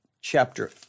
chapter